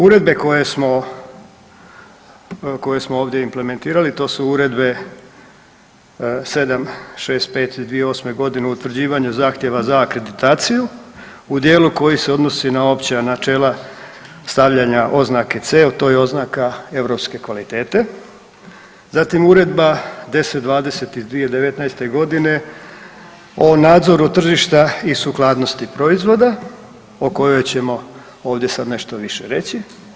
Uredbe koje smo ovdje implementirali, to su Uredbe 765 2008. g. o utvrđivanju zahtjeva za akreditaciju u dijelu koji se odnosi na opća načela stavljanja oznake C, to je oznaka europske kvalitete, zatim Uredba 1020 iz 2019. g. o nadzoru tržišta i sukladnosti proizvoda o kojoj ćemo ovdje sad nešto više reći.